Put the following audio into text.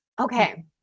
Okay